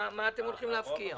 מה אתם הולכים להפקיע?